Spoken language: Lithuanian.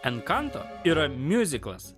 enkanto yra miuziklas